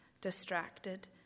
distracted